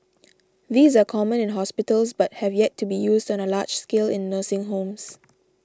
these are common in hospitals but have yet to be used on a large scale in nursing homes